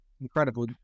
Incredible